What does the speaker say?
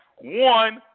one